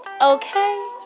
okay